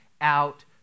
out